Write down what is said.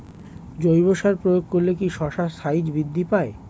জৈব সার প্রয়োগ করলে কি শশার সাইজ বৃদ্ধি পায়?